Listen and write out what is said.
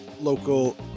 local